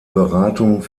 beratung